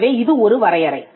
எனவே இது ஒரு வரையறை